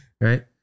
Right